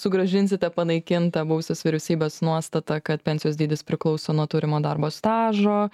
sugrąžinsite panaikintą buvusios vyriausybės nuostatą kad pensijos dydis priklauso nuo turimo darbo stažo